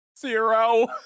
zero